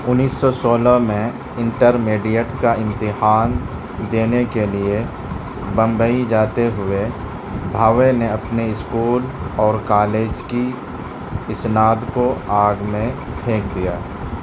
انیس سو سولہ میں انٹرمیڈیٹ کا امتحان دینے کے لیے بمبئی جاتے ہوئے بھاوے نے اپنے اسکول اور کالج کی اسناد کو آگ میں پھینک دیا